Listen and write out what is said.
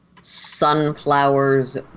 sunflowers